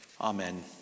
Amen